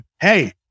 Hey